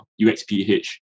UXPH